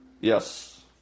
Yes